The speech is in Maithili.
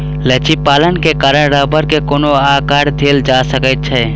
लचीलापन के कारण रबड़ के कोनो आकर देल जा सकै छै